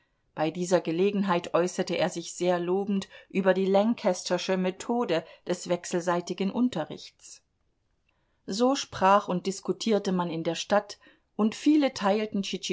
bei dieser gelegenheit äußerte er sich sehr lobend über die lancastersche methode des wechselseitigen unterrichts so sprach und diskutierte man in der stadt und viele teilten